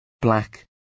black